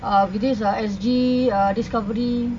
err with these uh S_G uh discovery